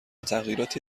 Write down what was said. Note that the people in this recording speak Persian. تغییراتی